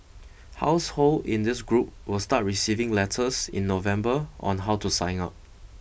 household in this group will start receiving letters in November on how to sign up